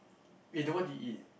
eh then what did you eat